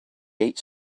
ate